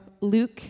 Luke